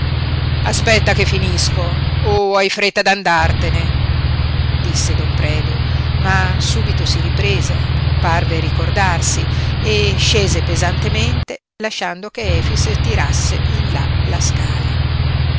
aspetta che finisco o hai fretta d'andartene disse don predu ma subito si riprese parve ricordarsi e scese pesantemente lasciando che efix tirasse in là la scala